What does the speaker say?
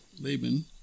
Laban